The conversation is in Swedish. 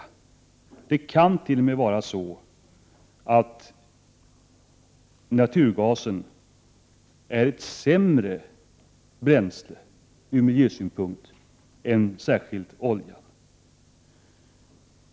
Naturgasen kan t.o.m. vara ett sämre bränsle ur miljösynpunkt än särskilt oljan.